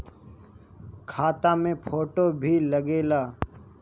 खाता मे फोटो भी लागे ला?